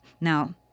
now